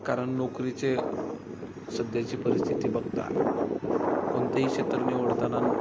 कारण नोकरीचे सध्याची परिस्थिती बघता कोणतेही क्षेत्र निवडताना